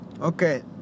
Okay